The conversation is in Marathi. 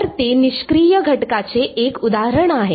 तर ते निष्क्रिय घटकाचे एक उदाहरण आहे